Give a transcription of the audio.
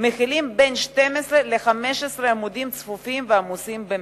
יש בין 12 ל-15 עמודים צפופים ועמוסים במלל.